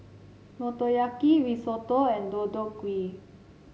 Motoyaki Risotto and Deodeok Gui